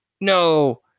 no